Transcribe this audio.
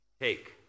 take